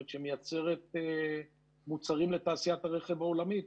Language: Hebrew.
שמייצרת מוצרים לתעשיית הרכב העולמית.